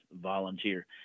volunteer